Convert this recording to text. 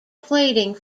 plating